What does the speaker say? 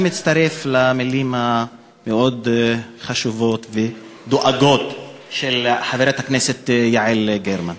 אני מצטרף למילים המאוד-חשובות ודואגות של חברת הכנסת יעל גרמן.